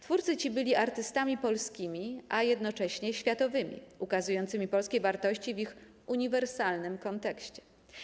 Twórcy ci byli artystami polskimi, a jednocześnie światowymi, ukazującymi polskie wartości w ich uniwersalnym kontekście.